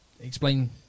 explain